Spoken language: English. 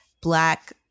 black